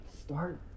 Start